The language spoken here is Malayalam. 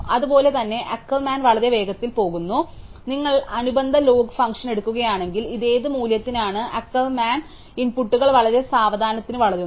അതുപോലെ തന്നെ ആക്കർമാൻ വളരെ വേഗത്തിൽ പോകുന്നു അതിനാൽ നിങ്ങൾ അനുബന്ധ ലോഗ് ഫംഗ്ഷൻ എടുക്കുകയാണെങ്കിൽ ഇത് ഏത് മൂല്യത്തിനാണ് ആക്കർമാൻ ഇൻപുട്ടുകൾ വളരെ സാവധാനത്തിൽ വളരുന്നു